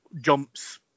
jumps